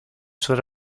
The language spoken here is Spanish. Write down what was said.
son